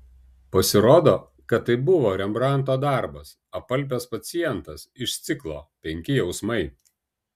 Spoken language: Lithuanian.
pasirodo kad tai buvo rembrandto darbas apalpęs pacientas iš ciklo penki jausmai